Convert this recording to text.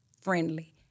friendly